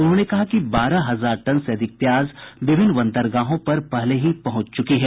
उन्होंने कहा कि बारह हजार टन से अधिक प्याज विभिन्न बंदरगाहों पर पहले ही पहुंच चुकी है